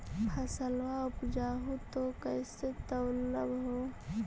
फसलबा उपजाऊ हू तो कैसे तौउलब हो?